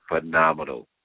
phenomenal